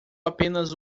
apenas